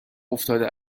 افتاده